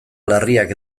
larriak